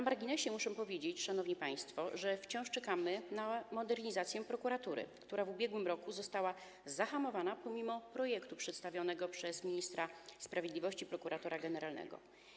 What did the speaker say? Muszę powiedzieć, szanowni państwo, na marginesie, że wciąż czekamy na modernizację prokuratury, która w ubiegłym roku została zahamowana pomimo projektu przedstawionego przez ministra sprawiedliwości prokuratora generalnego.